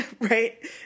right